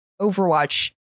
Overwatch